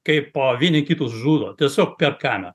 kaip po vieni kitus žudo tiesiog per kamerą